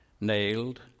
nailed